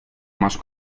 más